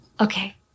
Okay